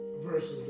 versus